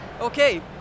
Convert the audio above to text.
Okay